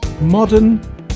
modern